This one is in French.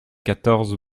quatorze